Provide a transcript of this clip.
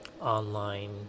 online